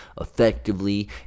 effectively